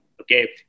okay